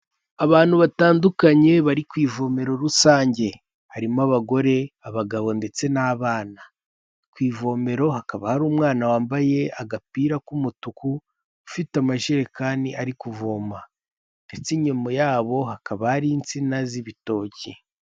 Abantu batandukanye bari ku ivome rusange harimo abagore abagabo ndetse n'abana, ku ivomero hakaba hari umwana wambaye agapira k'umutuku, ufite amajerekani ari kuvoma ndetse inyuma yabo hakaba hari insina z'ibitoki.